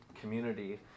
community